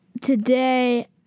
today